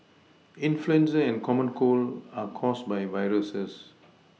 influenza and the common cold are caused by viruses